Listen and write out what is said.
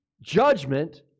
judgment